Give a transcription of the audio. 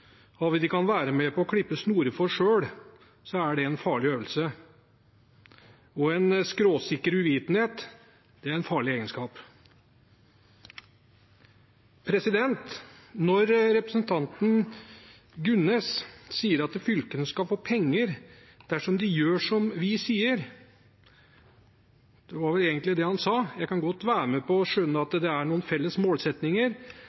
penger dersom de gjør som vi sier – det var vel egentlig det han sa; jeg kan godt være med på å skjønne at